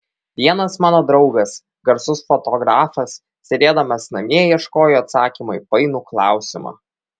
vienas mano draugas garsus fotografas sėdėdamas namie ieškojo atsakymo į painų klausimą